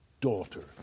daughter